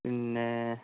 പിന്നെ